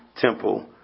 temple